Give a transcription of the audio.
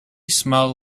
smell